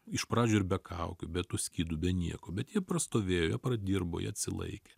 iš pradžių ir be kaukių be tų skydų be nieko bet jie prastovėjo jie pradirbo jie atsilaikė